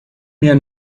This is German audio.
mir